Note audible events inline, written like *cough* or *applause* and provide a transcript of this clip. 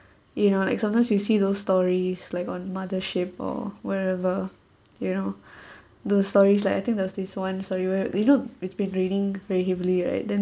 you know like sometimes you see those stories like on mothership or wherever you know *breath* those stories like I think there was this one story where you know it's been raining very heavily right then